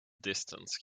distance